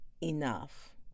enough